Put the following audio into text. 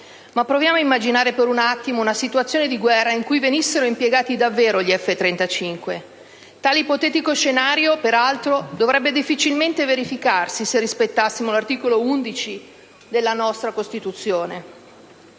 Proviamo ad immaginare per un attimo una situazione di guerra in cui venissero impiegati davvero gli F-35. Tale ipotetico scenario, peraltro, dovrebbe difficilmente verificarsi se rispettassimo l'articolo 11 della nostra Costituzione.